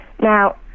Now